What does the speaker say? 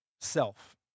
self